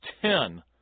ten